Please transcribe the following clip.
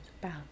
bounce